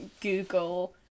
Google